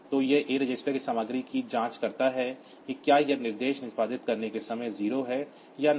तो यह A register की सामग्री की जांच करता है कि क्या यह निर्देश निष्पादित करने के समय 0 है या नहीं